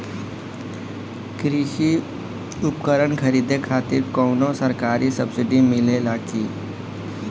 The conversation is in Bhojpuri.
कृषी उपकरण खरीदे खातिर कउनो सरकारी सब्सीडी मिलेला की?